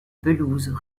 pelouses